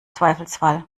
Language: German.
zweifelsfall